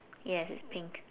yes it's pink